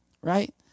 right